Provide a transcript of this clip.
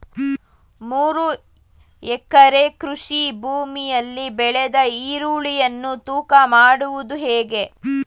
ಮೂರು ಎಕರೆ ಕೃಷಿ ಭೂಮಿಯಲ್ಲಿ ಬೆಳೆದ ಈರುಳ್ಳಿಯನ್ನು ತೂಕ ಮಾಡುವುದು ಹೇಗೆ?